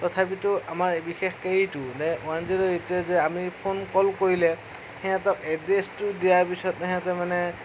তথাপিতো আমাৰ বিশেষকে এইটো মানে ওৱান জিৰ' এইটে যে আমি ফোন কল কৰিলে হেঁতক এড্ৰেছটো দিয়াৰ পিছত এহেঁতে মানে